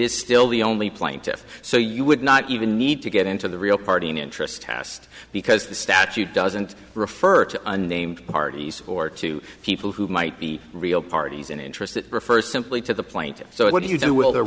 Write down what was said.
is still the only plaintiffs so you would not even need to get into the real party in interest test because the statute doesn't refer to a named parties or two people who might be real parties in interest that refer simply to the plaintiffs so what do you do will the